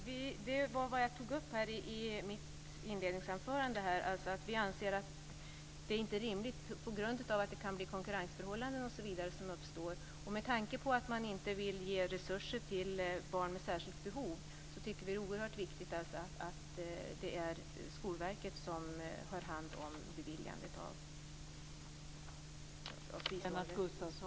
Fru talman! Det var det jag tog upp i mitt inledningsanförande. Vi anser att det inte är rimligt på grund av att det kan uppstå konkurrensförhållanden. Med tanke på att man inte vill ge resurser till barn med särskilda behov tycker vi att det är oerhört viktigt att det är Skolverket som har hand om beviljandet av bidragen.